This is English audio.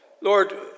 Lord